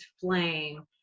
flame